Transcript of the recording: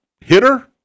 hitter